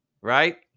right